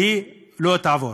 והיא לא תעבור.